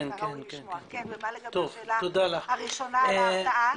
ומה לגבי השאלה הראשונה, על הרתעה?